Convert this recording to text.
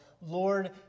Lord